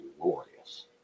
glorious